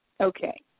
Okay